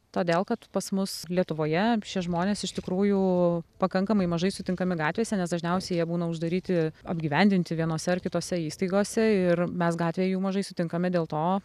todėl kad pas mus lietuvoje šie žmonės iš tikrųjų pakankamai mažai sutinkami gatvėse nes dažniausiai jie būna uždaryti apgyvendinti vienose ar kitose įstaigose ir mes gatvėj jų mažai sutinkame dėl to